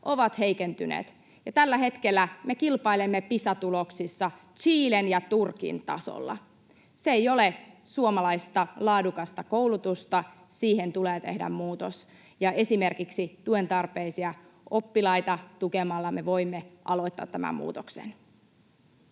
ovat heikentyneet, ja tällä hetkellä me kilpailemme Pisa-tuloksissa Chilen ja Turkin tasolla. Se ei ole suomalaista laadukasta koulutusta. Siihen tulee tehdä muutos. Esimerkiksi tuentarpeisia oppilaita tukemalla me voimme aloittaa tämän muutoksen.